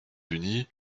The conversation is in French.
unis